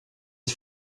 des